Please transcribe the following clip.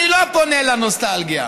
אני לא פונה לנוסטלגיה,